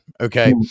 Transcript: Okay